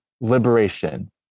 liberation